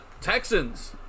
Texans